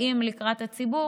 באים לקראת הציבור.